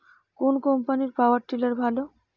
কোন কম্পানির power tiller ভালো?